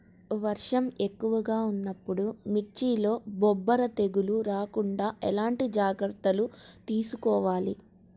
వర్షం ఎక్కువగా ఉన్నప్పుడు మిర్చిలో బొబ్బర తెగులు రాకుండా ఎలాంటి జాగ్రత్తలు తీసుకోవాలి?